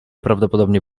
prawdopodobnie